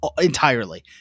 entirely